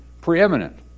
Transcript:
preeminent